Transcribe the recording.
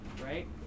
right